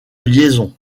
liaison